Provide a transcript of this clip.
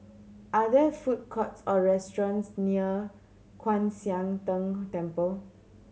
are there food courts or restaurants near Kwan Siang Tng Temple